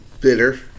bitter